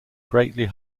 greatly